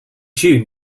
june